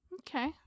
Okay